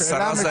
עם עשרה זרים,